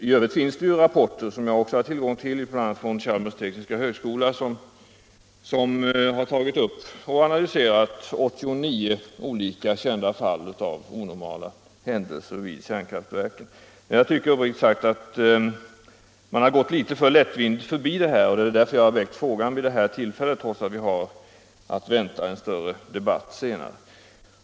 I övrigt finns det rapporter - som jag också har haft tillgång till — från bl.a. Chalmers tekniska högskola, där man har tagit upp och analyserat 89 kända fall av sådana här händelser vid kärnkraftverken. Jag tycker uppriktigt sagt att man har gått litet lättvindigt förbi dessa händelser, och det är därför som jag har väckt frågan nu, trots att vi har att vänta en större debatt senare.